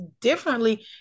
differently